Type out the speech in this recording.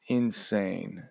insane